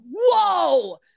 whoa